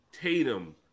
Tatum